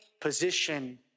position